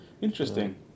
interesting